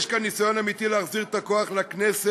יש כאן ניסיון אמיתי להחזיר את הכוח לכנסת.